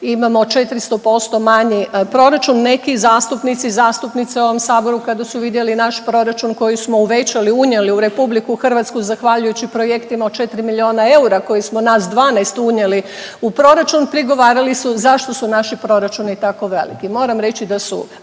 imamo 400% manji proračun. Neki zastupnici i zastupnice u ovom Saboru, kada su vidjeli naš proračun koji smo uvećali, unijeli u RH zahvaljujući projektima od 4 milijuna eura koji smo na 12 unijeli u proračun, prigovarali su zašto su naši proračuni tako veliki. Moram reći da su